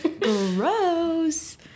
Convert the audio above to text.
Gross